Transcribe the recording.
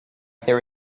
their